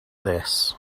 this